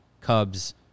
Cubs